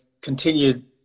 continued